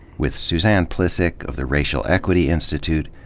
with suzanne plihcik of the racial equity institute,